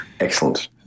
Excellent